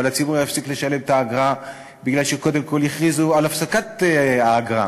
אבל הציבור הפסיק לשלם את האגרה בגלל שקודם כול הכריזו על הפסקת האגרה,